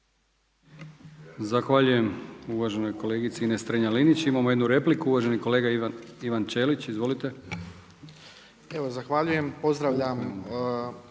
Zahvaljujem. Uvaženoj kolegici Ines Strenja-Linić. Imamo jednu repliku, uvaženi kolega Ivan Ćelić. Izvolite. **Ćelić, Ivan